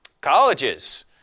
Colleges